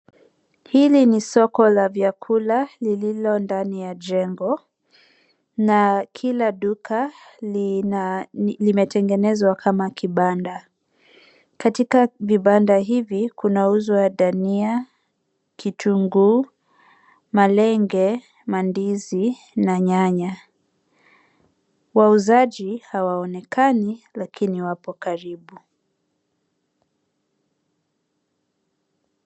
Hili ni soko la vyakula lililo ndani ya jengo na kila duka limetengenezwa kama kibanda. Katika vibanda hivi, kuna mauzo ya dania, kitunguu, malenge, mandizi, na nyanya. Wauzaji hawaonekani lakini wapo karibu.